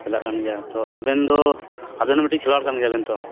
ᱪᱟᱞᱟᱜ ᱠᱟᱱ ᱜᱮᱭᱟ ᱛᱚ ᱵᱟᱵᱮᱱ ᱫᱚ ᱟᱵᱮᱱ ᱦᱚᱸ ᱢᱤᱫᱴᱤᱡ ᱠᱷᱮᱞᱣᱟᱲ ᱠᱟᱱ ᱜᱮᱭᱟᱵᱮᱱ ᱛᱚ